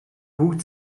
бүгд